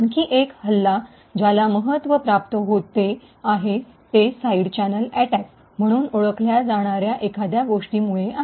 आणखी एक हल्ला ज्याला महत्त्व प्राप्त होत आहे ते साइड चॅनेल अटॅक म्हणून ओळखल्या जाणार्या एखाद्या गोष्टीमुळे आहे